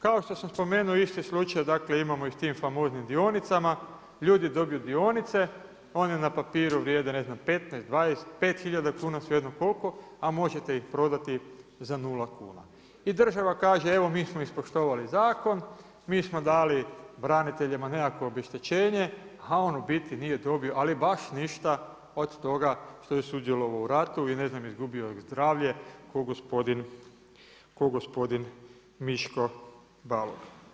Kao što sam spomenuo isti slučaj imamo i s tim famoznim dionicama, ljudi dobiju dionice, one na papiru vrijede 15, 20, 5 tisuća kuna svejedno koliko, a možete ih prodati za nula kuna i država kaže evo mi smo ispoštovali zakon, mi smo dali braniteljima nekakvo obeštećenje, a on u biti nije dobio ali baš ništa od toga što je sudjelovao u ratu ili izgubio zdravlje ko gospodin Miško Balog.